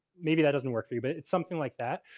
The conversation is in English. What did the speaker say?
maybe that doesn't work for you, but it's something like that.